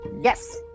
Yes